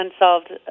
Unsolved